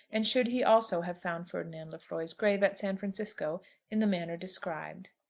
and should he also have found ferdinand lefroy's grave at san francisco in the manner described.